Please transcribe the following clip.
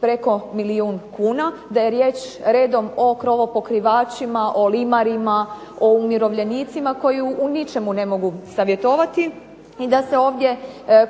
preko milijun kuna, da je riječ redom o krovopokrivačima, o limarima, o umirovljenicima koji u ničemu ne mogu savjetovati i da se ovdje